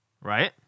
Right